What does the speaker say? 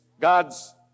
God's